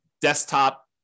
desktop